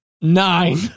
nine